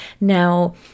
Now